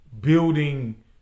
building